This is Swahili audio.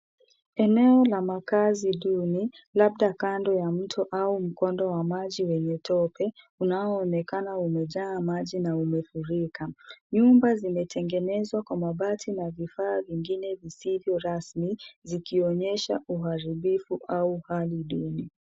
Eneo la makazi duni, labda kando ya mto au mkondo wa maji wenye tope unaoonekana umejaa maji na umefurika. Nyumba zimetengenezwa kwa mabati na vifaa vingine visivyo rasmi zikionyesha uharibifu au hali duni.